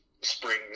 springs